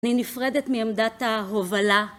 אני נפרדת מעמדת ההובלה.